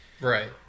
right